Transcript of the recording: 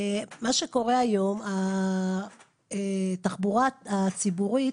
מה שקורה היום זה שהתחבורה הציבורית